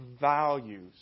values